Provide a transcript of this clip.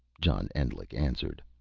john endlich answered.